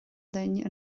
linn